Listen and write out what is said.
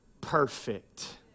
perfect